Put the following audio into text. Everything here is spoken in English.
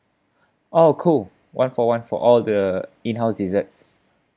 oh cool one for one for all the in house desserts